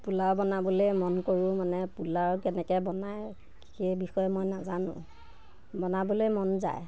পোলাও বনাবলৈ মন কৰোঁ মানে পোলাও কেনেকৈ বনায় সেই বিষয়ে মই নাজানো বনাবলৈ মন যায়